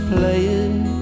playing